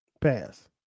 pass